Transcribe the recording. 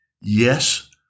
Yes